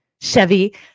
Chevy